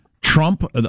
Trump